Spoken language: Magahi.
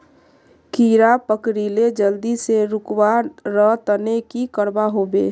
कीड़ा पकरिले जल्दी से रुकवा र तने की करवा होबे?